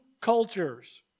cultures